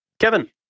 Kevin